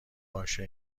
باشه